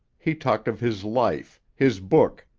he talked of his life, his book,